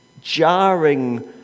jarring